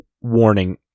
warning